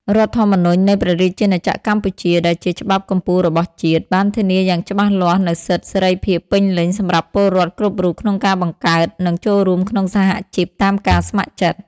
រដ្ឋធម្មនុញ្ញនៃព្រះរាជាណាចក្រកម្ពុជា ដែលជាច្បាប់កំពូលរបស់ជាតិ បានធានាយ៉ាងច្បាស់លាស់នូវសិទ្ធិសេរីភាពពេញលេញសម្រាប់ពលរដ្ឋគ្រប់រូបក្នុងការបង្កើត និងចូលរួមក្នុងសហជីពតាមការស្ម័គ្រចិត្ត។